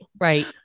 Right